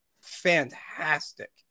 fantastic